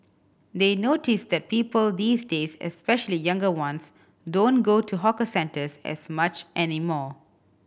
they notice that people these days especially younger ones don't go to hawker centres as much anymore